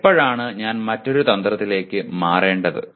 എപ്പോഴാണ് ഞാൻ മറ്റൊരു തന്ത്രത്തിലേക്ക് മാറേണ്ടത്